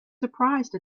surprised